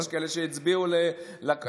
יש כאלה שהצביעו לקואליציה הנכנסת.